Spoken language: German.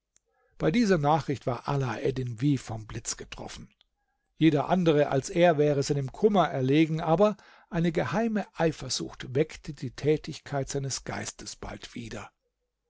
bei dieser nachricht war alaeddin wie vom blitz getroffen jeder andere als er wäre seinem kummer erlegen aber eine geheime eifersucht weckte die tätigkeit seines geistes bald wieder